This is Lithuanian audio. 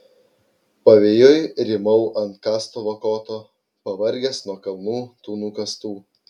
pavėjui rymau ant kastuvo koto pavargęs nuo kalnų tų nukastų